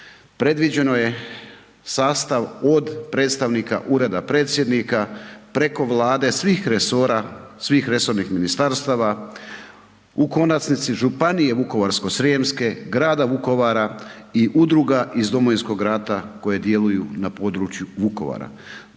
predviđeno je sastav od predstavnika Ureda predsjednika preko Vlade, svih resora, svih resornih ministarstava u konačnici Županije Vukovarsko-srijemske, grada Vukovara i udruga iz Domovinskog rata koje djeluju na području Vukovara.